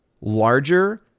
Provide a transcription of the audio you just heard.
larger